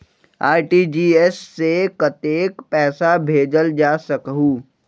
RTGS से कतेक पैसा भेजल जा सकहु???